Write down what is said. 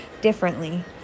differently